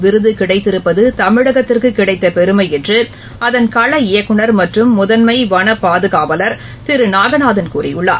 விருதுகிடைத்திருப்பதுதமிழகத்திற்குகிடைத்தபெருமைஎன்றுஅதன் கள இயக்குநர் மற்றும் முதன்மை வன பாதுகாவலர் திருநாகநாதன் கூறியுள்ளார்